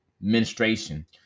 menstruation